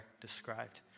described